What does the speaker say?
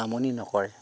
আমনি নকৰে